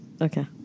Okay